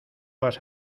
vas